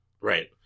Right